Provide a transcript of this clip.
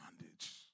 bondage